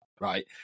right